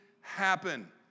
happen